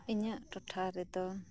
ᱤᱧᱟᱜ ᱴᱚᱴᱷᱟ ᱨᱮᱫᱚ